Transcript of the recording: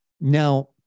Now